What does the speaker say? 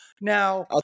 Now